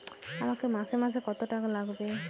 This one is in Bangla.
আমাকে মাসে মাসে কত টাকা লাগবে?